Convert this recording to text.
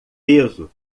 peso